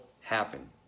happen